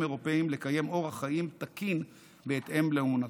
אירופיים לקיים אורח חיים תקין בהתאם לאמונתם.